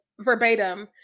verbatim